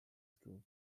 school